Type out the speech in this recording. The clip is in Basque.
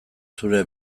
zure